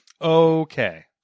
Okay